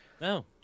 No